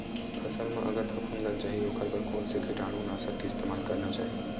फसल म अगर फफूंद लग जा ही ओखर बर कोन से कीटानु नाशक के इस्तेमाल करना चाहि?